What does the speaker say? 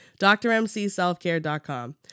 drmcselfcare.com